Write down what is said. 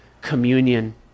communion